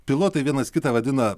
pilotai vienas kitą vadina